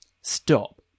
Stop